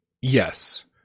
Yes